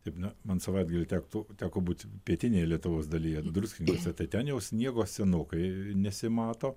taip na man savaitgalį tektų teko būti pietinėje lietuvos dalyje druskininkuose tai ten jau sniego senokai nesimato